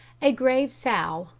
a grave sow,